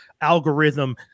algorithm